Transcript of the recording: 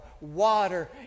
water